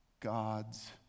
God's